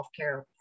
healthcare